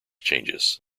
changes